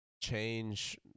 change